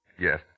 Yes